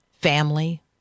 family